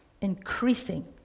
increasing